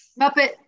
Muppet